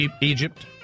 Egypt